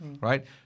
right